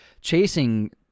chasing